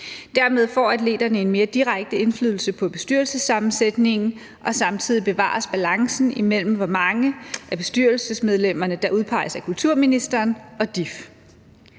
Dermed får atleterne en mere direkte indflydelse på bestyrelsessammensætningen, og samtidig bevares balancen mellem, hvor mange af bestyrelsesmedlemmerne der udpeges af kulturministeren, og hvor